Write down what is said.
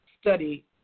study